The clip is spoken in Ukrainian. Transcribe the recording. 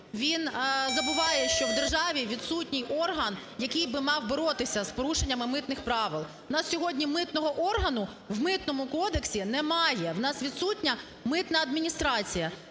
він забуває, що в державі відсутній орган, який би мав боротися з порушеннями митних правил. У нас сьогодні митного органу в Митному кодексі немає. У нас відсутня митна адміністрація.